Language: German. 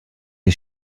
ihr